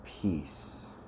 peace